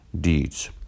deeds